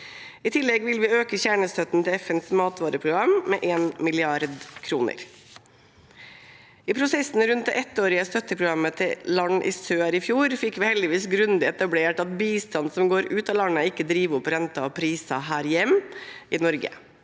I tillegg vil vi øke kjernestøtten til FNs matvareprogram med 1 mrd. kr. I prosessen rundt fjorårets ettårige støtteprogram til land i sør fikk vi heldigvis grundig etablert at bistand som går ut av landet, ikke driver opp renter og priser her hjemme i Norge.